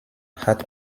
hat